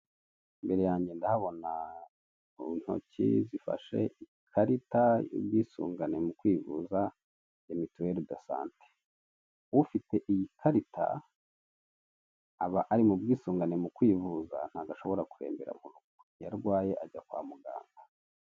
Imbere yange ndahabona intoki zifashe ikarita y'ubwisungane mu kwivuza ya mituweri dosante. Ufite iyi karita aba ari mu bwisungane mu kwivuza ntabwo ashobora kurembera mu rugo, iyo arwaye ajya kwa muganga.